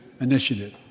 initiative